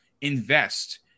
invest